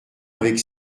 avec